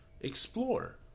explore